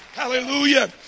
Hallelujah